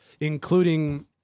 including